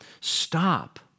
Stop